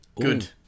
Good